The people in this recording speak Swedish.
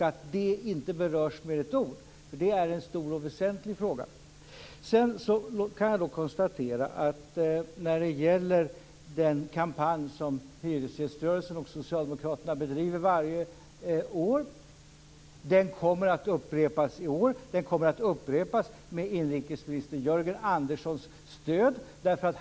Det berörs inte med ett ord trots att det är en stor och väsentlig fråga. Jag kan också konstatera att den kampanj som hyresgäströrelen och socialdemokraterna bedriver varje år kommer att upprepas i år. Den kommer att upprepas med inrikesminister Jörgen Anderssons stöd.